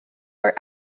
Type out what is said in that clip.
are